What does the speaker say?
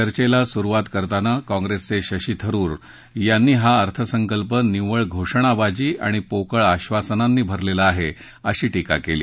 चर्चेला सुरुवात करताना काँप्रेसचे शशी थरुर यांनी हा अर्थसंकल्प निव्वळ घोषणाबाजी आणि पोकळ आब्बासनांनी भरलेला आहे अशी टीका केली